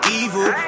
evil